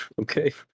Okay